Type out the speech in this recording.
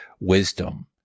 wisdom